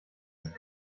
ist